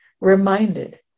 reminded